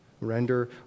Render